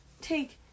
take